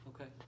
Okay